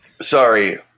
Sorry